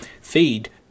feed